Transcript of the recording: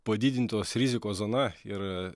padidintos rizikos zona ir